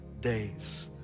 days